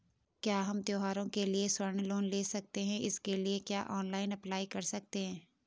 क्या हम त्यौहारों के लिए स्वर्ण लोन ले सकते हैं इसके लिए क्या ऑनलाइन अप्लाई कर सकते हैं?